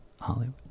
Hollywood